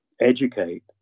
educate